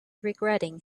regretting